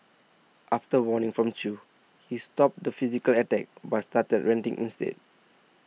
after warning from Chew he stopped the physical attacks but started ranting instead